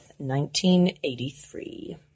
1983